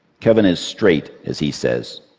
kevin is straight, as he says.